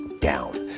down